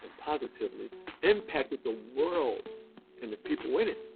positively impacted the world and the people in it.